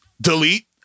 Delete